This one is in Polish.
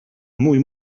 mój